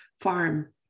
farm